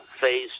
phase